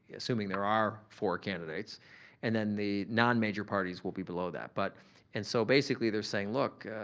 assuming there are four candidates and then the non-major parties will be below that. but and so, basically they're saying look,